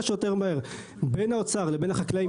שיותר מהר בין האוצר לבין החקלאים.